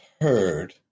heard